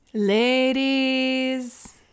Ladies